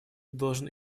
должен